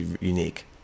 unique